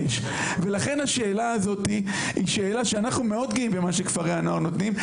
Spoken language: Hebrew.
ולכן השאלה הזאת היא שאלה שאנחנו מאוד גאים במה שכפרי הנוער נותנים,